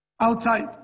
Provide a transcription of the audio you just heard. outside